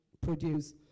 produce